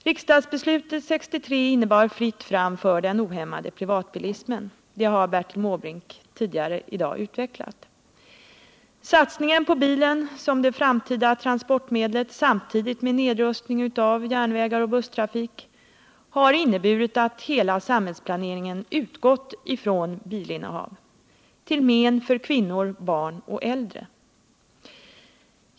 Riksdagsbeslutet 1963 innebar fritt fram för den ohämmade privatbilismen. Det har Bertil Måbrink tidigare i dag utvecklat. Satsningen på bilen som det framtida transportmedlet samtidigt med en nedrustning av järnvägar och busstrafik har inneburit att hela samhällsplaneringen utgått från bilinnehav — till men för kvinnor, barn och äldre.